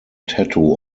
tattoo